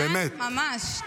ממש.